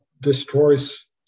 destroys